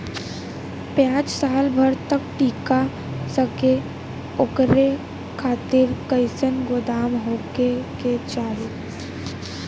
प्याज साल भर तक टीका सके ओकरे खातीर कइसन गोदाम होके के चाही?